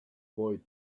boy